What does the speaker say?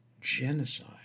genocide